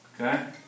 Okay